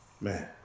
Man